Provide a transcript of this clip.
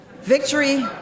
victory